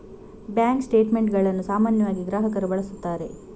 bank ಸ್ಟೇಟ್ ಮೆಂಟುಗಳನ್ನು ಸಾಮಾನ್ಯವಾಗಿ ಗ್ರಾಹಕರು ಬಳಸುತ್ತಾರೆ